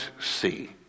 see